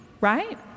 right